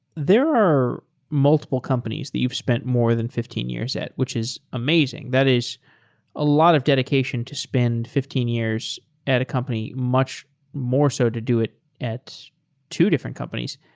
there were multiple companies that you've spent more than fifteen years at, which is amazing. that is a lot of dedication to spend fifteen years at a company, much more so to do it at two different companies.